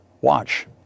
watch